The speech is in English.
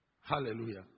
Hallelujah